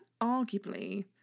arguably